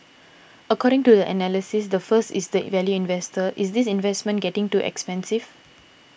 according to the analyst the first is the value investor is this investment getting too expensive